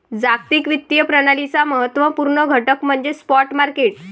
जागतिक वित्तीय प्रणालीचा महत्त्व पूर्ण घटक म्हणजे स्पॉट मार्केट